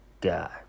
guy